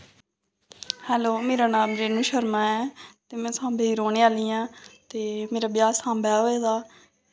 hello मेरा नांऽ रेनू शर्मा ऐ में सांबा दी रौह्ने आह्ली आं ते मेरा ब्याह् सांबा होए दा